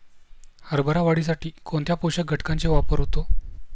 हरभरा वाढीसाठी कोणत्या पोषक घटकांचे वापर होतो?